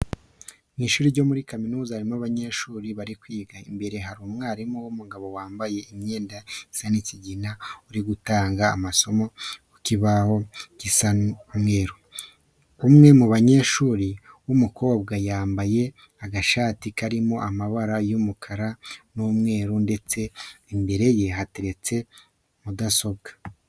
Mu ishuri ryo muri kaminuza harimo abanyeshuri bari kwiga. Imbere hari umwarimu w'umugabo wambaye imyenda isa y'ikigina uri gutanga amasomo ku kibaho gisa nk'umweru. Umwe mu banyeshuri w'umukobwa yambaye agashati karimo amabara y'umukara n'umweru ndetse imbere ye hateretse mudasobwa.